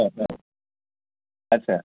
ओ ओ आदसा